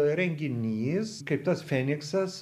renginys kaip tas feniksas